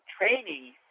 training